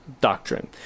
doctrine